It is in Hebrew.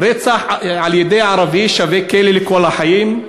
רצח על-ידי ערבי שווה כלא לכל החיים.